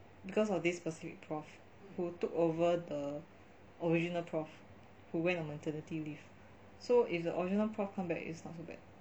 because of this specific prof who took over the original prof who went on maternity leave so if the original prof come back it's not so bad